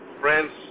friends